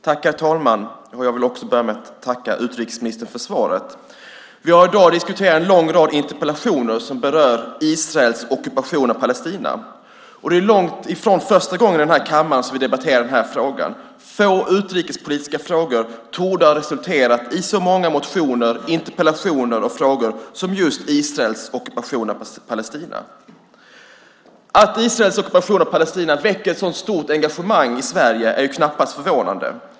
Herr talman! Jag vill också börja med att tacka utrikesministern för svaret. Vi har i dag att diskutera en lång rad interpellationer som berör Israels ockupation av Palestina. Det är långt ifrån första gången i den här kammaren som vi debatterar den här frågan. Få utrikespolitiska frågor torde ha resulterat i så många motioner, interpellationer och frågor som just Israels ockupation av Palestina. Att Israels ockupation av Palestina väcker ett så stort engagemang i Sverige är knappast förvånande.